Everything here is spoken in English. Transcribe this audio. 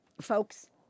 folks